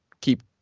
keep